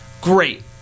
great